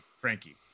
Frankie